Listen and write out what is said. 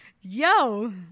Yo